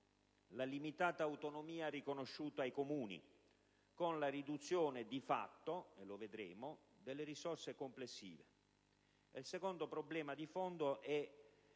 la limitata autonomia riconosciuta ai Comuni, con la riduzione di fatto (e lo vedremo) delle risorse complessive; l'assenza di una